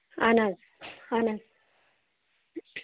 اَہَن حظ اَہَن حظ